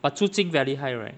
but 租金 value high right